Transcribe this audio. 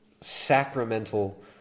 sacramental